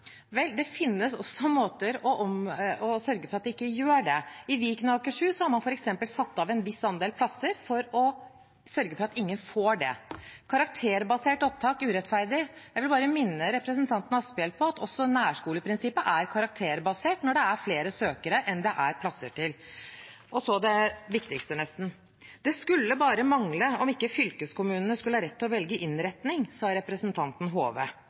Vel, det finnes også måter for å sørge for at det ikke blir det. I Viken og Akershus har man f.eks. satt av en viss andel plasser for å sørge for at ingen får det. Karakterbasert opptak er urettferdig, sies det. Jeg vil bare minne representanten Asphjell på at også nærskoleprinsippet er karakterbasert når det er flere søkere enn det er plasser til. Så til nesten det viktigste: Det skulle bare mangle at ikke fylkeskommunene skulle ha rett til å velge innretning, sa representanten